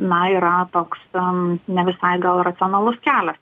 na yra toks am ne visai racionalus kelias